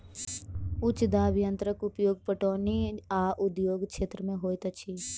उच्च दाब यंत्रक उपयोग पटौनी आ उद्योग क्षेत्र में होइत अछि